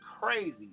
crazy